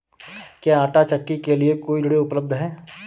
क्या आंटा चक्की के लिए कोई ऋण उपलब्ध है?